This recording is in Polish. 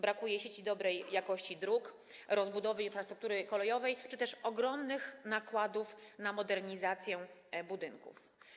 Brakuje sieci dobrej jakości dróg, rozbudowy infrastruktury kolejowej czy też ogromnych nakładów na modernizację budynków.